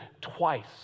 twice